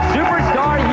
Superstar